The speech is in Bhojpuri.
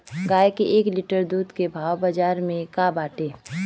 गाय के एक लीटर दूध के भाव बाजार में का बाटे?